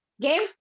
Game